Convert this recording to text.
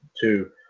two